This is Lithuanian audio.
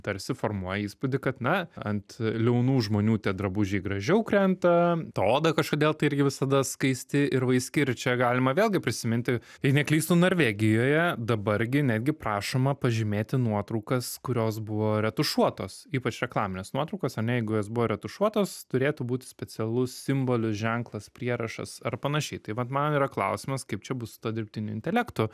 tarsi formuoja įspūdį kad na ant liaunų žmonių tie drabužiai gražiau krenta to oda kažkodėl tai irgi visada skaisti ir vaiski ir čia galima vėlgi prisiminti jei neklystu norvegijoje dabar gi netgi prašoma pažymėti nuotraukas kurios buvo retušuotos ypač reklaminės nuotraukos ar ne jeigu jos buvo retušuotos turėtų būti specialus simbolis ženklas prierašas ar panašiai tai vat man yra klausimas kaip čia bus su ta dirbtiniu intelektu